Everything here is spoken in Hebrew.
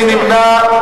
מי נמנע?